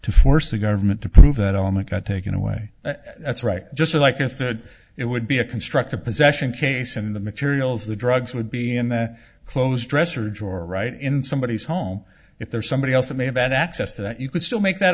to force the government to prove that element got taken away that's right just like if that it would be a constructive possession case in the materials of the drugs would be in that close dresser drawer right in somebody's home if there's somebody else that may have access to that you could still make that